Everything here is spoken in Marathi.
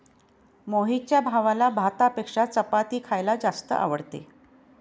मोहितच्या भावाला भातापेक्षा चपाती खायला जास्त आवडते